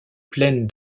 pleine